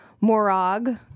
Morag